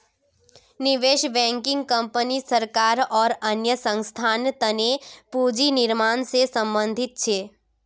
निवेश banking company सरकार आर अन्य संस्थार तने पूंजी निर्माण से संबंधित छे